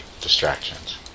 distractions